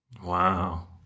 Wow